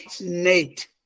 Nate